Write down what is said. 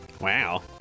Wow